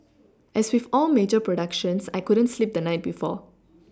as with all major productions I couldn't sleep the night before